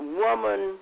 woman